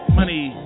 money